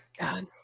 God